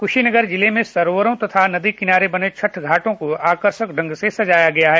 कुशीनगर जिले में सरोवरों तथा नदी किनारे बने छठ घाटों को आकर्षक ढंग से सजाया गया है